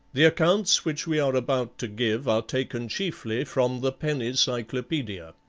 the accounts which we are about to give are taken chiefly from the penny cyclopedia.